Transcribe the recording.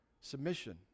submission